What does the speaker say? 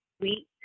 sweet